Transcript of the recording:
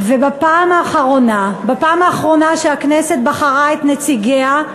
בפעם האחרונה שהכנסת בחרה את נציגיה,